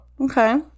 Okay